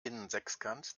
innensechskant